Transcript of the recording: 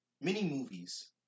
mini-movies